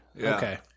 Okay